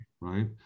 right